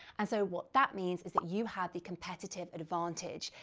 and so what that means is that you have the competitive advantage.